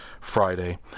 Friday